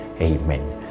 Amen